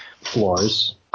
floors